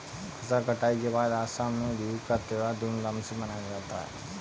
फसल कटाई के बाद असम में बिहू का त्योहार धूमधाम से मनाया जाता है